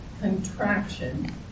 contraction